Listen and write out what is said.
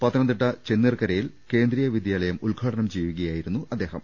പത്തനംതിട്ട ചെന്നീർക്കരയിൽ കേന്ദ്രീയ വിദ്യാലയം ഉദ്ഘാടനം ചെയ്യുകയായിരുന്നു അദ്ദേഹം